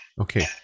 Okay